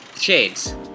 shades